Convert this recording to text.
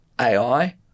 AI